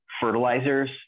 fertilizers